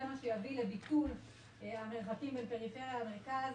זה מה שיביא לביטול המרחקים בין פריפריה למרכז.